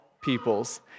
peoples